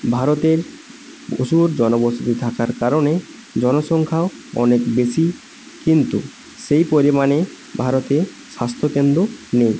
ভারতের প্রচুর জনবসতি থাকার কারণে জনসংখ্যাও অনেক বেশি কিন্তু সেই পরিমাণে ভারতে স্বাস্থ্য কেন্দ্র নেই